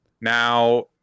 Now